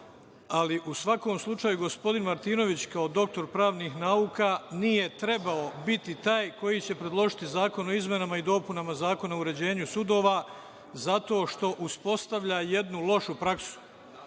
u svakom slučaju, gospodin Martinović, kao doktor pravnih nauka, nije trebao biti taj koji će predložiti zakon o izmenama i dopunama Zakona o uređenju sudova, zato što uspostavlja jednu lošu praksu.